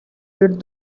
did